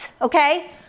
okay